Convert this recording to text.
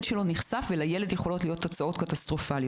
שלו נחשף ויכולות להיות לכך תוצאות קטסטרופליות.